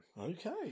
Okay